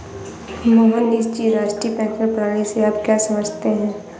मोहनीश जी, राष्ट्रीय पेंशन प्रणाली से आप क्या समझते है?